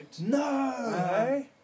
No